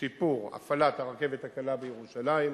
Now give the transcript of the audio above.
שיפור הפעלת הרכבת הקלה בירושלים,